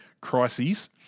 crises